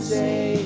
say